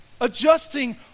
adjusting